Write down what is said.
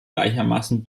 gleichermaßen